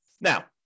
Now